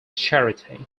charity